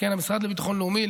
למשרד לביטחון לאומי,